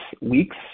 weeks